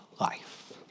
life